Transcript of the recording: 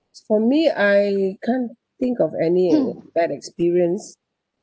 for me I can't think of any uh bad experience uh